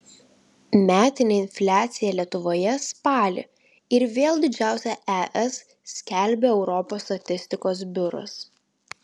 metinė infliacija lietuvoje spalį ir vėl didžiausia es skelbia europos statistikos biuras